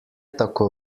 tako